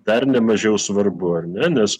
dar nemažiau svarbu ar ne nes